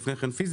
לפני כן פיזיקה,